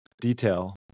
detail